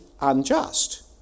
unjust